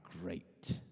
great